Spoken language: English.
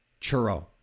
Churro